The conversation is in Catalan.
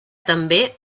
també